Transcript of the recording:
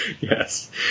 Yes